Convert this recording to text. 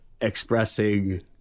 expressing –